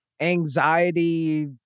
anxiety